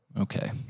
Okay